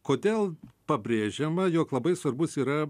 kodėl pabrėžiama jog labai svarbus yra